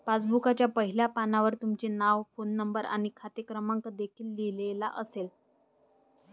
पासबुकच्या पहिल्या पानावर तुमचे नाव, फोन नंबर आणि खाते क्रमांक देखील लिहिलेला असेल